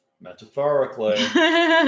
Metaphorically